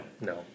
No